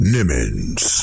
Nimmons